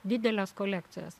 nu didelės kolekcijos